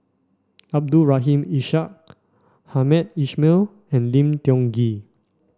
Abdul Rahim Ishak Hamed Ismail and Lim Tiong Ghee